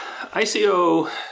ICO